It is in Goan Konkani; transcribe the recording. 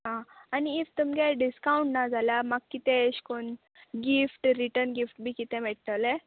आं आनी इफ तुमगे डिसकावण्ट ना जाल्यार म्हाका कितें एशें कोन्न गिफ्ट रिटन गिफ्ट बी कितें मेळटोलें